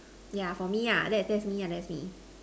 yeah for me ah that's that's me ah that's me